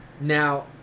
Now